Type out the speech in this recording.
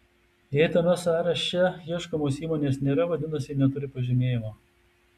jei tame sąraše ieškomos įmonės nėra vadinasi ji neturi pažymėjimo